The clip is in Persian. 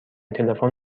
تلفن